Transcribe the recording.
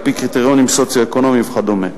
על-פי קריטריונים סוציו-אקונומיים וכדומה.